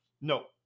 No